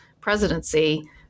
presidency